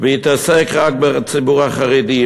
והתעסק רק בציבור החרדי,